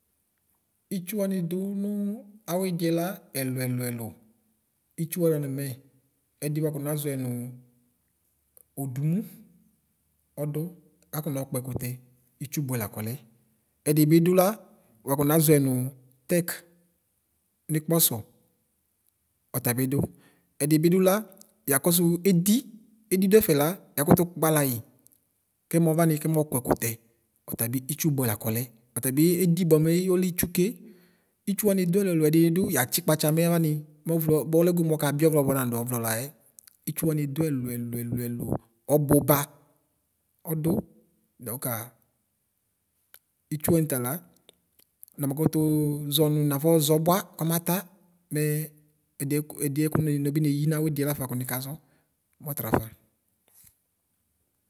Ltsʋ wam dʋ nʋ nawɔdiɛ la ɛlʋ ɛlʋ ɛlʋ vsʋ wa lanʋ mɛ ɛdi wakɔ naʒɔɛ nʋ ɔdʋ kakɔnɔ kpɛkʋtɛ itsʋ bʋɛ lakɔlɛ ɛdibidʋ la wakɔ naʒɔɛ nʋ tɛk la nikpɔsɔ ɔtabi dʋ ɛdibi dʋla yakɔsʋ edi edidʋ ɛƒɛ la yakʋtʋ kpalayi kɛmɔ vann kɛmɔkɔ ɛkʋtɛ ɔtabi ltsʋ bʋɛ lakɔlɛ ɔtabi eɖi bʋamɛ ɔlɛ ltsʋ ke ltsʋ wann dʋ ɛlʋ ɛlʋ ɛlʋ ɛɖimi dʋ yatsɣ kpatsa mɛ avam mɔvlɔ bʋlɛ goo mɔkabi ɔvlɔ bʋa nadʋ ɔvlɔ layɛ ltsʋ wann dʋ ɛlʋ ɛlʋ ɛlʋ ɛlʋ ɔdʋba ɔdi dɔkoa ltsʋ wann tala namakʋtʋ ʒɔnʋ naƒɔʒɔ bʋa ksmata mɛ ɛdikʋ edikʋ nɔbi neyi nawrɖie laƒa nrkaʒɔ mɔtraƒa.